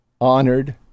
honored